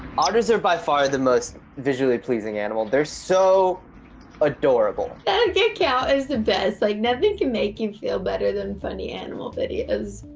otters are by far the most visually pleasing animal. they're so adorable. that account is the best. like nothing can make you feel better than funny animal videos.